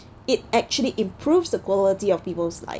it actually improves the quality of people's life